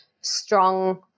strong